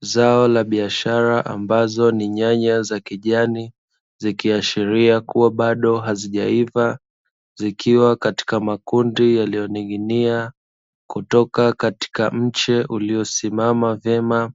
Zao la biashara ambazo ni nyanya za kijani, zikiashiria kua bado hazijaiva, zikiwa katika makundi yaliyoning'inia, kutoka katika mche uliosimama vyema